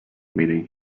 meeting